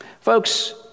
Folks